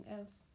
else